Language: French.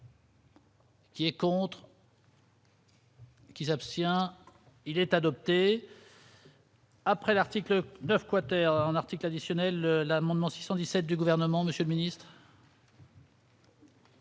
Qui est contre. Qui s'abstient, il est adopté. Après l'article 9 quater un article additionnel l'amendement 617 du gouvernement Monsieur, ministre.